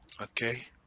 Okay